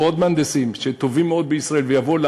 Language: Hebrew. עוד מהנדסים טובים מאוד בישראל ויבואו,